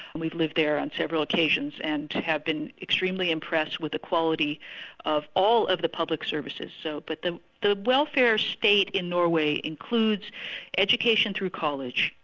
we've lived there on several occasions and had been extremely impressed with the quality of all of the public services. so but the the welfare state in norway includes education through college,